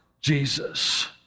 Jesus